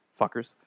Fuckers